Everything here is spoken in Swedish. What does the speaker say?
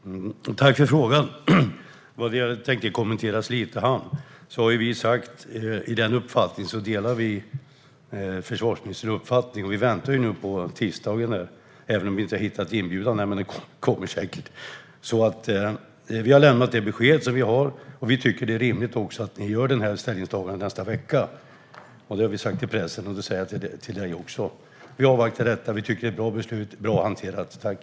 Fru talman! Tack för svaret! Jag tänker kommentera Slite hamn. Vi har ju sagt att vi delar försvarsministerns uppfattning i den frågan, och vi väntar nu på tisdagen - även om vi inte har hittat inbjudan än. Den kommer säkert. Vi har lämnat vårt besked, och vi tycker att det är rimligt att ni gör det här ställningstagandet nästa vecka. Det har vi sagt till pressen, och det säger jag även till dig, Peter Hultqvist. Vi inväntar detta. Vi tycker att det är ett bra och väl hanterat beslut.